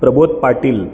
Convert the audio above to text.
Prabodh Patil